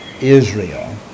Israel